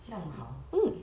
这样好